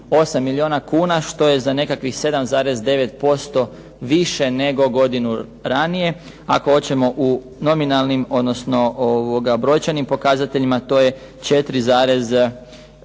328 milijuna kuna, što je za nekakvih 7,9% više nego godinu ranije, ako hoćemo u nominalnim odnosno brojčanim pokazateljima to je 4,2